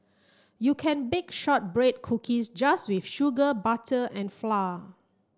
you can bake shortbread cookies just with sugar butter and flour